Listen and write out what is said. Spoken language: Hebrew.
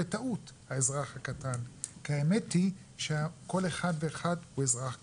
בטעות "האזרח הקטן" כי האמת היא שכל אחד ואחד הוא אזרח גדול.